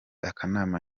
akanama